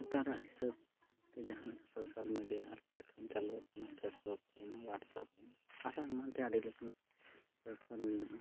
ᱱᱮᱛᱟᱨᱟᱜ ᱦᱤᱥᱟᱹᱵᱽᱛᱮ ᱡᱟᱦᱟᱸᱞᱮᱠᱟ ᱥᱳᱥᱟᱞ ᱢᱤᱰᱤᱭᱟ ᱟᱨ ᱯᱞᱟᱴᱯᱷᱚᱨᱢ ᱪᱟᱹᱞᱩ ᱟᱠᱟᱱᱟ ᱯᱷᱮᱹᱥᱵᱩᱠ ᱚᱣᱟᱴᱥᱮᱯ ᱟᱨᱦᱚᱸ ᱮᱢᱟᱱ ᱛᱮᱭᱟᱜ ᱟᱹᱰᱤ ᱞᱮᱠᱟᱱ ᱯᱞᱟᱴᱯᱷᱚᱨᱢ ᱢᱮᱱᱟᱜᱼᱟ